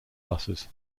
buses